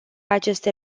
aceste